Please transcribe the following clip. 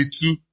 two